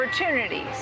opportunities